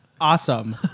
Awesome